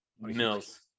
Mills